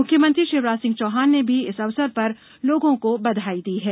मुख्यमंत्री शिवराज सिंह चौहान ने भी इस अवसर पर लोगों को बधाई दी है